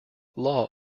law